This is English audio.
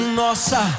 nossa